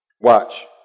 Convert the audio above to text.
Watch